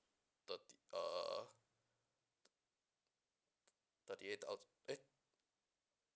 thirty uh thirty eight thous~ eh